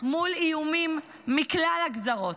מול איומים מכלל הגזרות.